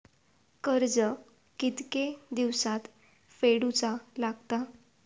कर्ज कितके दिवसात फेडूचा लागता?